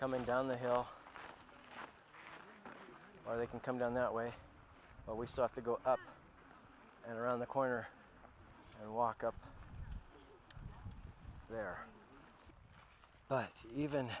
coming down the hill or they can come down that way but we stuck to go up and around the corner and walk up there but even